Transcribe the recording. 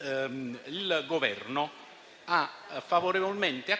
il Governo ha accolto favorevolmente